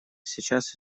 сейчас